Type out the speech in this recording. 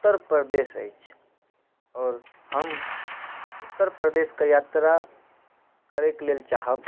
उत्तर प्रदेश अछि आओर हम उत्तर प्रदेशके यात्रा करैके लेल चाहब